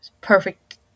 Perfect